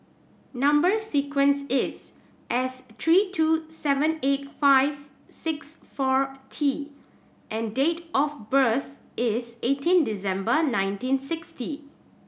number sequence is S three two seven eight five six four T and date of birth is eighteen December nineteen sixty